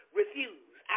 refuse